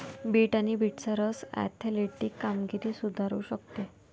bit आणि बीटचा रस ऍथलेटिक कामगिरी सुधारू शकतो